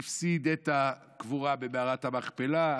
הפסיד את הקבורה במערת המכפלה.